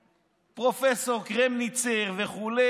פרופ' קרמניצר וכו',